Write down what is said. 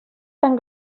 tan